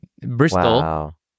Bristol